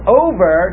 over